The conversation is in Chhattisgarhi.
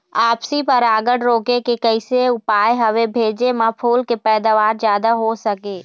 आपसी परागण रोके के कैसे उपाय हवे भेजे मा फूल के पैदावार जादा हों सके?